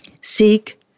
Seek